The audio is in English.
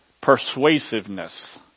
persuasiveness